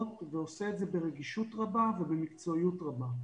ועושה את זה ברגישות רבה ובמקצועיות רבה,